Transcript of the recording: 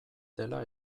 dela